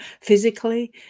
physically